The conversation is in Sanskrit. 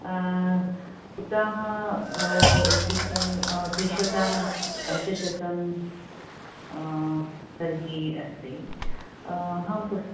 कुतः एकैक त्रिशतं पञ्चशतं तर्हि अस्ति अहं पुस्